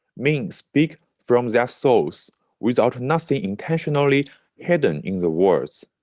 men speak from their souls without nothing intentionally hidden in the words.